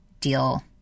deal